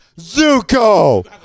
Zuko